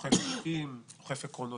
התקציב --- זה יכול היה להגיע לכאן או לכאן,